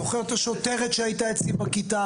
זוכר את השוטרת שהייתה אצלי בכיתה,